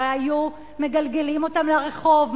הרי היו מגלגלים אותם לרחוב,